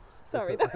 sorry